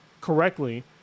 correctly